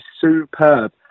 superb